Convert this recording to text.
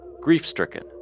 grief-stricken